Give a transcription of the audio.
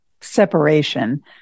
separation